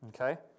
Okay